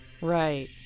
Right